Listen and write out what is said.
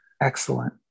excellent